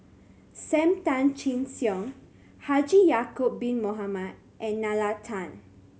Sam Tan Chin Siong Haji Ya'acob Bin Mohamed and Nalla Tan